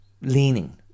leaning